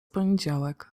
poniedziałek